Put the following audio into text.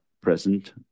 present